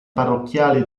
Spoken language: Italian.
parrocchiale